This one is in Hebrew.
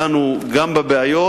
דנו גם בבעיות,